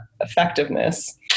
effectiveness